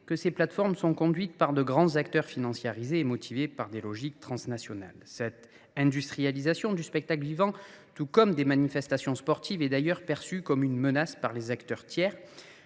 que ces plateformes sont conduites par de grands acteurs financiarisés et motivés par des logiques transnationales. L’industrialisation du spectacle vivant tout comme des manifestations sportives est d’ailleurs perçue comme une menace par les acteurs tiers.